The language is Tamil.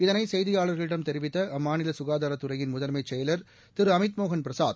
இதனை செய்தியாளா்களிடம் தெரிவித்த அம்மாநில ககாதாரத் துறையின் முதன்மை செயலா் திரு அமித்மோகன் பிரசாத்